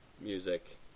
music